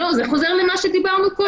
זה חוזר למה שדיברנו קודם.